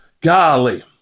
Golly